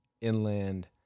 inland